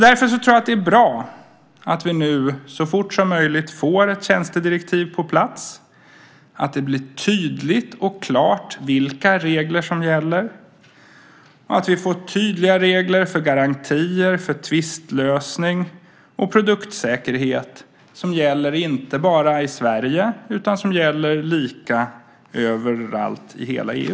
Därför tror jag att det är bra att vi nu så fort som möjligt får ett tjänstedirektiv på plats, att det blir tydligt och klart vilka regler som gäller och att vi får tydliga regler för garantier, för tvistlösning och produktsäkerhet som gäller inte bara i Sverige utan som gäller lika överallt i hela EU.